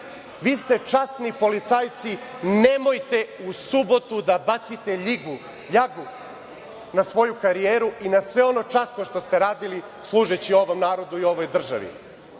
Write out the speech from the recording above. Vi ste časni policajci. Nemojte u subotu da bacite ljagu na svoju karijeru i na sve ono časno što ste radili, služeći ovom narodu i ovoj državi.